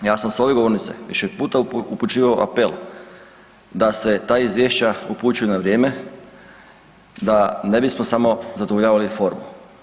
Nažalost, ja sam s ove govornice više puta upućivao apel da se ta izvješća upućuju na vrijeme da ne bismo samo zadovoljavali formu.